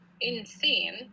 insane